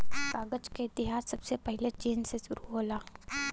कागज क इतिहास सबसे पहिले चीन से शुरु होला